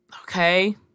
okay